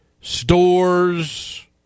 stores